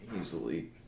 Easily